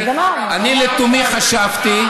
אני לתומי חשבתי,